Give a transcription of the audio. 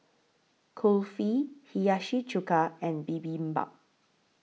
Kulfi Hiyashi Chuka and Bibimbap